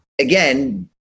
again